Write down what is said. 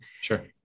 Sure